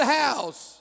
house